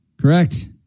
Correct